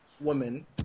women